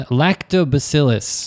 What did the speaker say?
lactobacillus